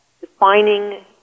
defining